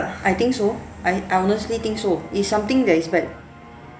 I think so I I honestly think so is something that is bad